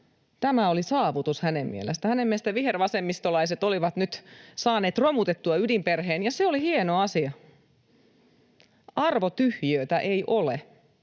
Tämä oli saavutus hänen mielestään. Hänen mielestään vihervasemmistolaiset olivat nyt saaneet romutettua ydinperheen ja se oli hieno asia. Arvotyhjiötä ei ole,